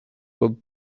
pot